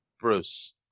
Bruce